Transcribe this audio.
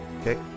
Okay